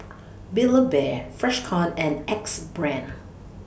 Build A Bear Freshkon and Axe Brand